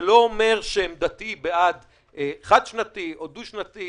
זה לא אומר שעמדתי היא בעד תקציב חד-שנתי או תקציב דו-שנתי.